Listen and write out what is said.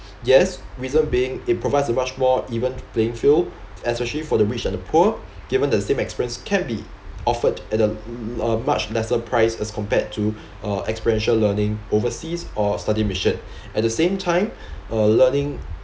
yes reason being it provides a much more even playing field especially for the rich and the poor given the same experience can be offered at the le~ le~ a much lesser price as compared to uh experiential learning overseas or study mission at the same time uh learning